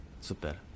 Super